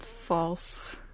false